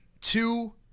two